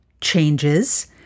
changes